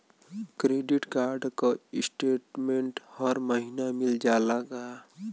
Credit card क statement हर महिना मिल जाला का?